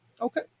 Okay